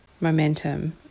momentum